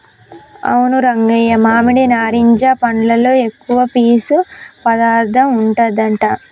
అవును రంగయ్య మామిడి నారింజ పండ్లలో ఎక్కువ పీసు పదార్థం ఉంటదట